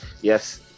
Yes